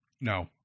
No